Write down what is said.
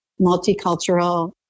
multicultural